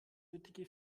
nötige